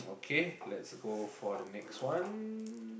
K let's go for the next one